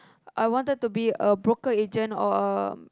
I wanted to be a broker agent or a